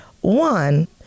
one